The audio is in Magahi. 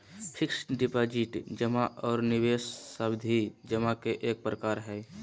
फिक्स्ड डिपाजिट जमा आर निवेश सावधि जमा के एक प्रकार हय